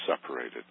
separated